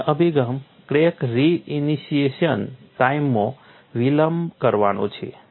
અન્ય અભિગમ crack reinitiation ટાઇમમાં વિલંબ કરવાનો છે